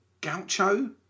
Gaucho